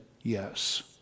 yes